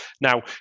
Now